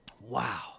Wow